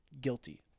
guilty